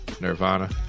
Nirvana